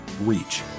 reach